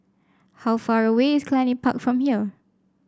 how far away is Cluny Park from here